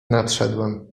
nadszedłem